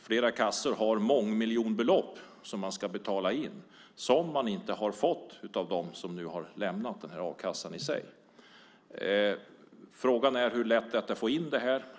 Flera kassor har mångmiljonbelopp att betala in som de inte har fått av dem som nu har lämnat a-kassan. Frågan är hur lätt det är att få in det här.